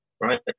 right